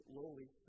lowly